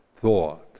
thought